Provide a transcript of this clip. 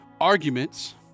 arguments